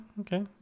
okay